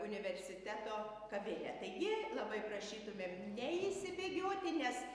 universiteto kavinę taigi labai prašytumėm neišsibėgioti nes